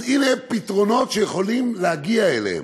אז הנה פתרונות שיכולים להגיע אליהם.